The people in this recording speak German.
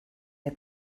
der